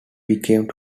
became